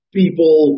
people